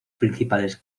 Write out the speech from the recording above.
principales